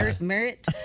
Merit